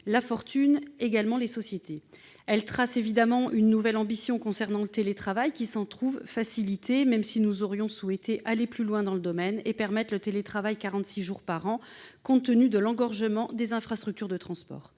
la fortune et sur les sociétés. Elle porte également une nouvelle ambition concernant le télétravail, qui s'en trouve facilité, même si nous avons souhaité aller plus loin et permettre le télétravail 46 jours par an, compte tenu de l'engorgement des infrastructures de transport.